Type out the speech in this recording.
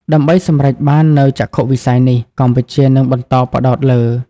ដើម្បីសម្រេចបាននូវចក្ខុវិស័យនេះ កម្ពុជានឹងបន្តផ្តោតលើ៖